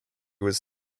was